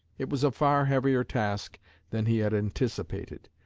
it was a far heavier task than he had anticipated,